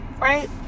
right